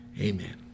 amen